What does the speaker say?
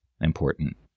important